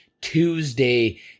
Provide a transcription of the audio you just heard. Tuesday